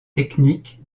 techniques